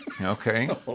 okay